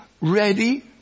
ready